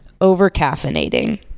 Over-caffeinating